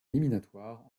éliminatoires